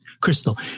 Crystal